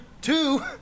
two